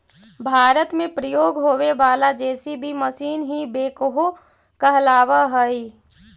भारत में प्रयोग होवे वाला जे.सी.बी मशीन ही बेक्हो कहलावऽ हई